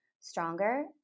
stronger